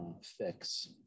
fix